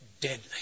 deadly